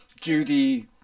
Judy